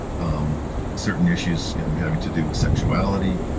um certain issues having to do with sexuality,